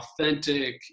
authentic